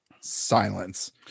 silence